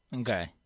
Okay